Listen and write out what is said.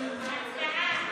הצבעה.